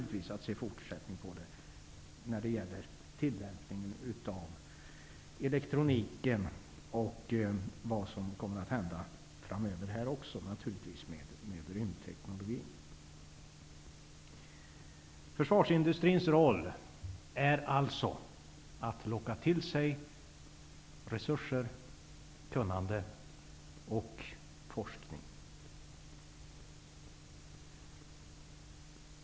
Vi kommer att se en fortsättning av denna utveckling när det gäller tillämpning av elektronik och rymdteknologi. Försvarsindustrins roll är att locka till sig resurser, kunnande och forskning.